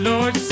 Lord